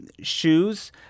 shoes